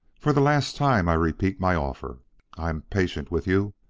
for the last time, i repeat my offer i am patient with you.